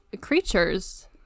creatures